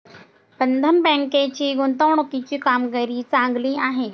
बंधन बँकेची गुंतवणुकीची कामगिरी चांगली आहे